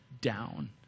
down